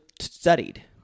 studied